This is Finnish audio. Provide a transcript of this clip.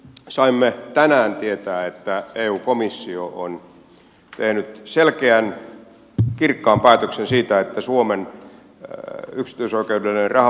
saimme tänään tietää että eu komissio on tehnyt selkeän kirkkaan päätöksen siitä että suomen edustusoikeuden eroa